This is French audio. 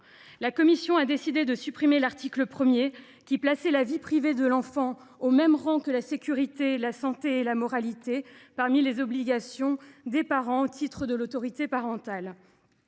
La commission a décidé de supprimer l’article 1, qui plaçait la vie privée de l’enfant au même rang que la sécurité, la santé et la moralité parmi les obligations des parents au titre de l’autorité parentale.